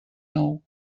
nou